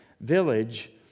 village